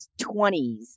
20s